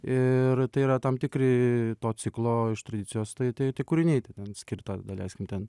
ir tai yra tam tikri to ciklo iš tradicijos tai tai tie kūriniai tai ten skirta daleiskim ten